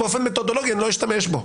באופן מתודולוגי אני לא אשתמש בו.